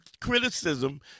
criticism